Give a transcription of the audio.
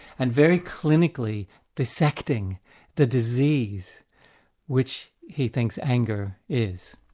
and very clinically dissecting the disease which he thinks anger is,